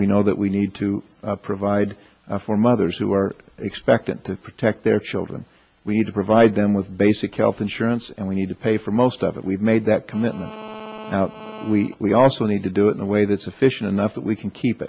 we know that we need to provide for mothers who are expected to protect their children we need to provide them with basic health insurance and we need to pay for most of it we've made that commitment we also need to do it in a way that sufficient enough that we can keep